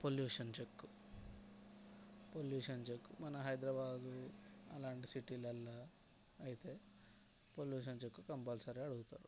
pollution check pollution check మన హైదరాబాద్ అలాంటి సిటీలల్లా అయితే పొల్యూషన్ చెక్ కంపల్సరీ అడుగుతారు